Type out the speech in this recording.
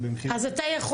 היום,